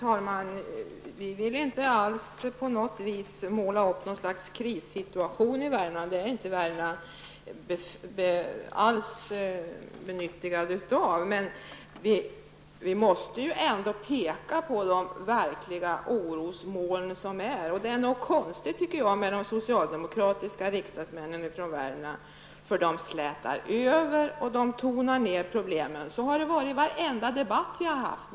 Herr talman! Vi vill inte på något sätt måla upp ett slags krissituation i Värmland. Det är inte Värmland betjänt av. Vi måste ändock peka på de orosmoln som finns. Det är något konstigt med de socialdemokratiska riksdagsmännen från Värmland. De slätar över och tonar ner problemen. Så har det varit i varenda debatt vi har haft.